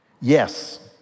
Yes